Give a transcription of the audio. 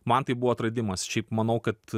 man tai buvo atradimas šiaip manau kad